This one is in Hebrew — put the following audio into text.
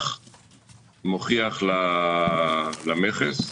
מוכיח למכס,